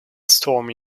stormy